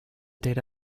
data